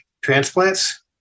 transplants